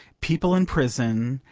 people in prison,